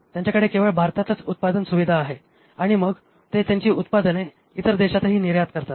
त्यांच्याकडे केवळ भारतातच उत्पादन सुविधा आहे आणि मग ते त्यांची उत्पादने इतर देशांतही निर्यात करतात